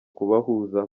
kubahuza